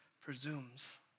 presumes